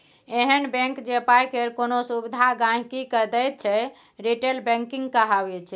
एहन बैंक जे पाइ केर कोनो सुविधा गांहिकी के दैत छै रिटेल बैंकिंग कहाबै छै